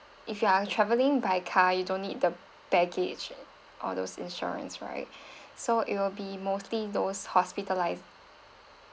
if you are traveling by car you don't need the package or those insurance right so it'll be mostly those hospitalised